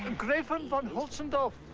and grafin von hotzendorf.